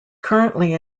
currently